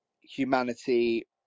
humanity